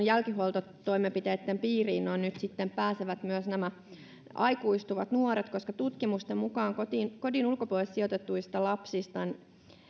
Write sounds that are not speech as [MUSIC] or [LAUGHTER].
[UNINTELLIGIBLE] jälkihuoltotoimenpiteitten piiriin nyt pääsevät myös aikuistuvat nuoret koska tutkimusten mukaan kodin ulkopuolelle sijoitetuista lapsista